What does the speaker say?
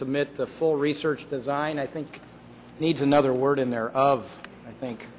submit the full research design i think needs another word in there of i think